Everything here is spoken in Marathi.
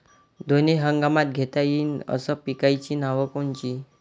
दोनी हंगामात घेता येईन अशा पिकाइची नावं कोनची?